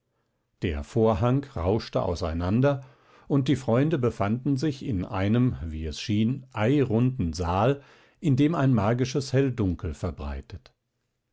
der vorhang rauschte auseinander und die freunde befanden sich in einem wie es schien eirunden saal in dem ein magisches helldunkel verbreitet